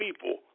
people